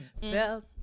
felt